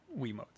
Wiimotes